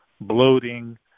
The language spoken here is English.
bloating